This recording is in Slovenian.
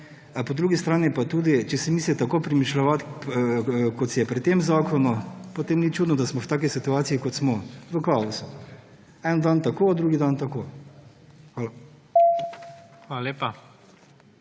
Po drugi strani pa, če si misli tako premišljevati, kot si je pri tem zakonu, potem ni čudno, da smo v taki situaciji kot smo: v kaosu. En dan tako, drugi dan tako. Hvala. PREDSEDNIK